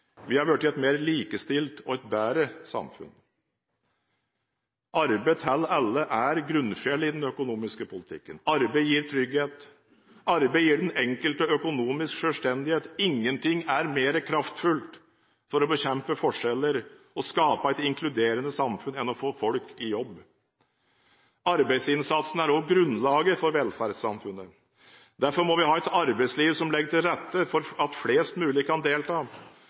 Vi har blitt et mer likestilt og bedre samfunn. Arbeid til alle er grunnfjellet i den økonomiske politikken. Arbeid gir trygghet. Arbeid gir den enkelte økonomisk selvstendighet. Ingenting er mer kraftfullt for å bekjempe forskjeller og skape et inkluderende samfunn enn å få folk i jobb. Arbeidsinnsatsen er også grunnlaget for velferdssamfunnet. Derfor må vi ha et arbeidsliv som legger til rette for at flest mulig kan delta.